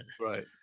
Right